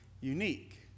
unique